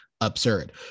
absurd